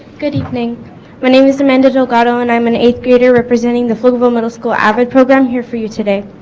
good evening my name is amanda delgado and i'm an eighth grader representing the pflugerville middle school avid program here for you today